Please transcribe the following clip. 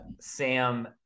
Sam